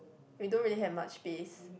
we don't really have much space